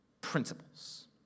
principles